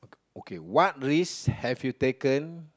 okay what race have you taken